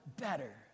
better